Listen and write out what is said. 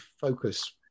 focus